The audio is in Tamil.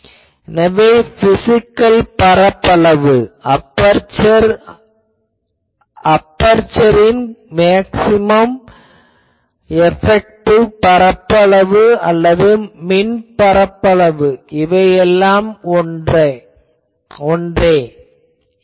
எனவே பிசிகல் பரப்பளவு அபெர்சரின் மேக்ஸ்சிமம் எபெக்டிவ் பரப்பளவு அல்லது மின் பரப்பளவு இவையெல்லாம் ஒன்றே ஏன்